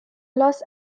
los